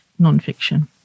nonfiction